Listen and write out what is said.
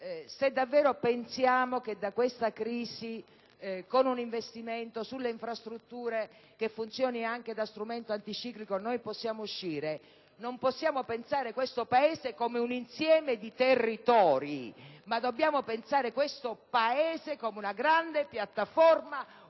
se davvero pensiamo che da questa crisi possiamo uscire con un investimento sulle infrastrutture che funzioni anche da strumento anticiclico, non possiamo pensare questo Paese come un insieme di territori, ma dobbiamo pensarlo come una grande piattaforma